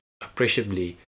appreciably